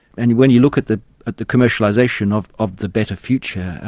and when you look at the at the commercialisation of of the better future,